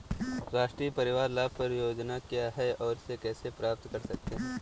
राष्ट्रीय परिवार लाभ परियोजना क्या है और इसे कैसे प्राप्त करते हैं?